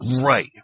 Right